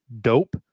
dope